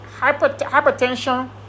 hypertension